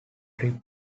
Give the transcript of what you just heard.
trip